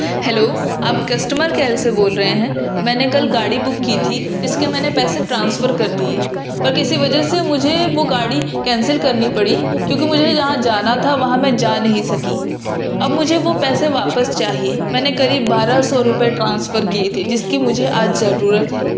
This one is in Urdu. ہیلو آپ کسٹمر کیئر سے بول رہے ہیں میں نے کل گاڑی بک کی تھی اس کے میں نے پیسے ٹرانسفر کر دیے پر کسی وجہ سے مجھے وہ گاڑی کینسل کرنی پڑی کیونکہ مجھے جہاں جانا تھا وہاں میں جا نہیں سکی اب مجھے وہ پیسے واپس چاہیے میں نے قریب بارہ سو روپئے ٹرانسفر کیے تھے جس کی مجھے آج ضرورت ہے